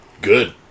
good